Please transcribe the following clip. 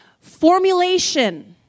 formulation